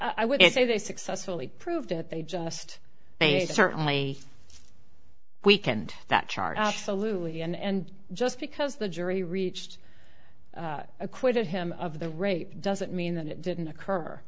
well i wouldn't say they successfully proved it they just they certainly weakened that charge absolutely and just because the jury reached acquitted him of the rape doesn't mean that it didn't occur